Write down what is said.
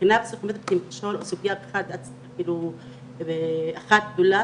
הבחינה הפסיכומטרי זה מכשול אחת גדולה